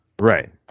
Right